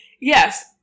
Yes